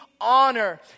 honor